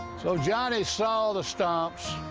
so johnny saw the stumps.